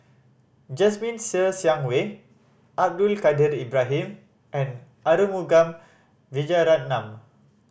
Jasmine Ser Xiang Wei Abdul Kadir Ibrahim and Arumugam Vijiaratnam